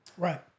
Right